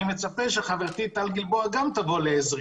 אני גם מצפה שחברתי טל גלבוע תבוא לעזרי.